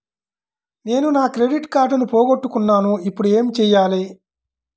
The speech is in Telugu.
నేను నా క్రెడిట్ కార్డును పోగొట్టుకున్నాను ఇపుడు ఏం చేయాలి?